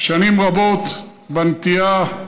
שנים רבות, בנטיעה,